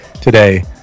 today